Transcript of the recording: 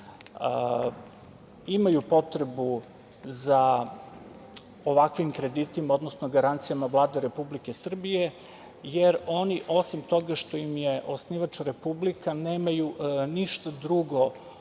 imaju potrebu za ovakvim kreditima, odnosno garancijama Vlade Republike Srbije, jer oni osim toga što im je osnivač Republika nemaju ništa drugo